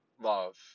love